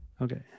Okay